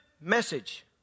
message